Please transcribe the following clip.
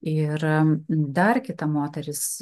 ir dar kita moteris